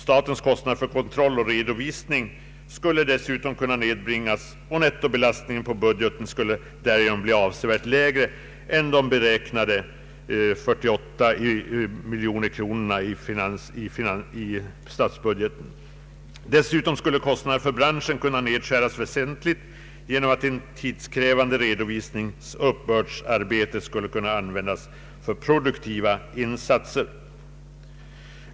Statens kostnader för kontroll och redovisning skulle dessutom kunna nedbringas, och nettobelastningen på budgeten skulle därigenom bli avsevärt lägre än de beräknade 45 miljonerna. Dessutom skulle kostnaderna för branschen kunna nedskäras väsentligt genom att all den tid som går åt för redovisningsoch uppbördsarbete skulle kunna användas för produktiva insatser.